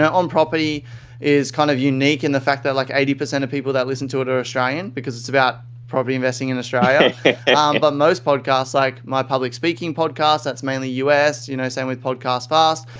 onproperty is kind of unique in the fact that like eighty percent of people that listen to it are australian because it's about property investing in australia. but most podcast, like my public speaking podcast, that's mainly us. you know same with podcastfast,